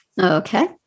Okay